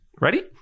Ready